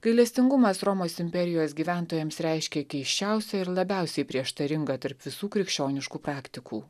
gailestingumas romos imperijos gyventojams reiškė keisčiausią ir labiausiai prieštaringą tarp visų krikščioniškų praktikų